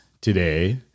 today